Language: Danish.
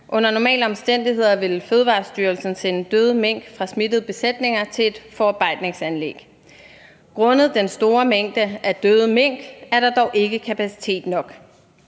Under normale omstændigheder ville Fødevarestyrelsen sende døde mink fra smittede besætninger til et forarbejdningsanlæg. Grundet den store mængde af døde mink er der dog ikke kapacitet nok.